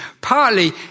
Partly